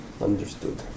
understood